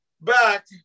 back